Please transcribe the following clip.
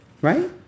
Right